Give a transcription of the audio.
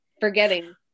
forgetting